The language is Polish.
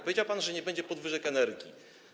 Powiedział pan, że nie będzie podwyżek cen energii.